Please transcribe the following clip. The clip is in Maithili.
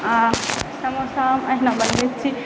आ समोसा हम अहिना बनबै छी